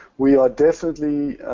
we are definitely,